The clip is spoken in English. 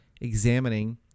examining